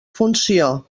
funció